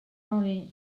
early